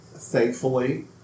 Thankfully